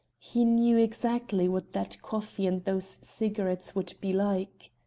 he knew exactly what that coffee and those cigarettes would be like.